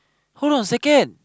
hold on a second